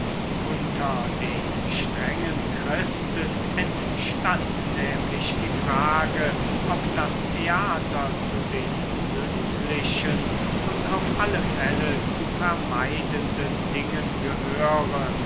unter den strengen christen entstand nämlich die frage ob das theater zu den sündlichen und auf alle fälle zu vermeidenden dingen gehöre